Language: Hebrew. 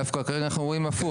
דווקא כרגע אנחנו רואים הפוך,